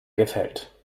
gefällt